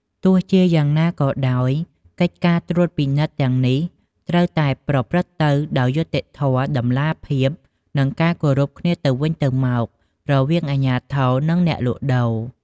ទោះជាយ៉ាងណាក៏ដោយ កិច្ចការត្រួតពិនិត្យទាំងនេះ ត្រូវតែប្រព្រឹត្តទៅដោយយុត្តិធម៌ តម្លាភាព និងការគោរពគ្នាទៅវិញទៅមក រវាងអាជ្ញាធរ និងអ្នកលក់ដូរ។